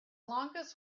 longest